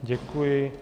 Děkuji.